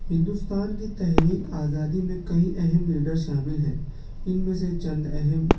ہندوستان کی تحریک آزادی میں کئی اہم لیڈر شامل ہیں ان میں سے چند اہم